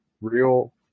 real